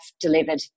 delivered